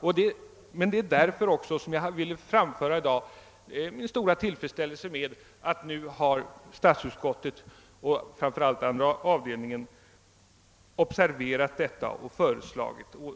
Det är också därför som jag i dag velat framföra min stora tillfredsställelse med att statsutskottet och framför allt dess andra avdelning har observerat detta och föreslagit åtgärder.